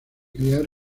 criar